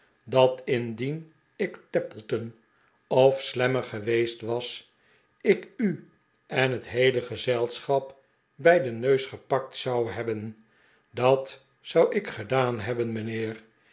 dat indien ik tappleton of slammer geweest was ik u en het heele gezelschap bij den neus gepakt zou hebben dat zou i k gedaan hebben mijnheer